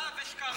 ושקרים.